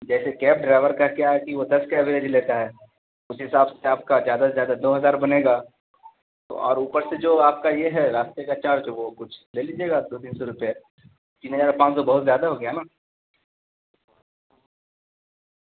جیسے cab driver کا کیا ہے کہ وہ دس کا ایوریج لیتا ہے اس حساب سے آپ کا زیادہ سے زیادہ دو ہزار بنے گا تو اور اوپر سے جو آپ کا یہ ہے راستے کا چارج وہ کچھ لے لیجیے گا آپ دو تین سو روپئے تین ہزار پانچ سو بہت زیادہ ہو گیا نا